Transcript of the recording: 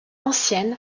ancienne